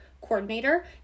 coordinator